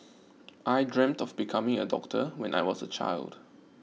I dreamt of becoming a doctor when I was a child